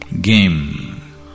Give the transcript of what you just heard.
game